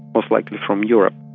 most likely from europe.